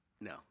No